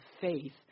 faith